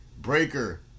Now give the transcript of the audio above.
Breaker